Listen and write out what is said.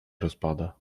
rozpada